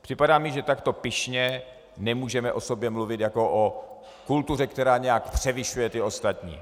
Připadá mi, že takto pyšně nemůžeme o sobě mluvit jako o kultuře, která nějak převyšuje ty ostatní.